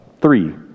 Three